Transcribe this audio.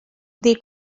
they